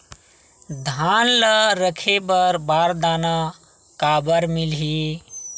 धान ल रखे बर बारदाना काबर मिलही?